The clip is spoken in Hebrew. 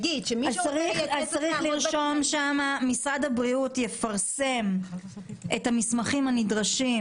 צריך לרשום שם שמשרד הבריאות יפרסם את המסמכים הנדרשים